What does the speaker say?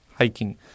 Hiking